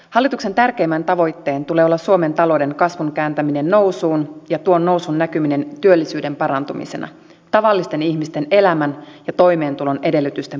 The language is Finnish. hallituksen tärkeimmän tavoitteen tulee olla suomen talouden kasvun kääntäminen nousuun ja tuon nousun näkyminen työllisyyden parantumisena tavallisten ihmisten elämän ja toimeentulon edellytysten paranemisena